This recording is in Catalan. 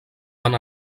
van